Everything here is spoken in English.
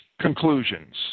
conclusions